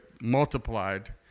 multiplied